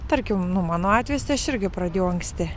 tarkim nu mano atvejis tai aš irgi pradėjau anksti